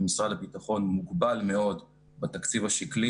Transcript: ומשרד הביטחון מוגבל מאוד בתקציב השקלי.